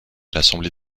l’assemblée